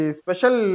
special